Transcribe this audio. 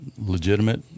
legitimate